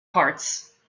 parts